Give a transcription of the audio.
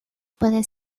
puede